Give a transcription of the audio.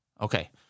okay